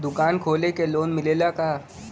दुकान खोले के लोन मिलेला का?